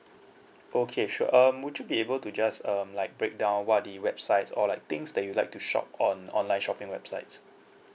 okay sure um would you be able to just um like break down what are the websites or like things that you like to shop on online shopping websites